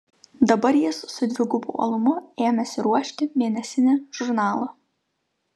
dabar jis su dvigubu uolumu ėmėsi ruošti mėnesinį žurnalą